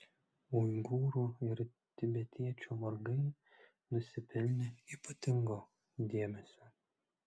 uigūrų ir tibetiečių vargai nusipelnė ypatingo dėmesio